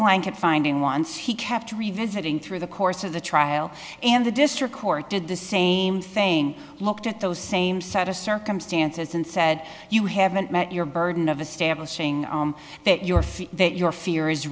blanket finding once he kept revisiting through the course of the trial and the district court did the same thing looked at those same set of circumstances and said you haven't met your burden of establishing that your